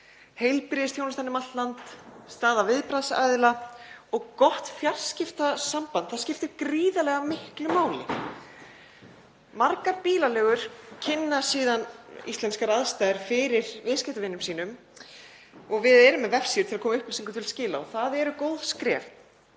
heilbrigðisþjónustan um allt land, staða viðbragðsaðila og gott fjarskiptasamband. Það skiptir gríðarlega miklu máli. Margar bílaleigur kynna síðan íslenskar aðstæður fyrir viðskiptavinum sínum og við erum með vefsíðu til að koma upplýsingum til skila og það eru góð skref.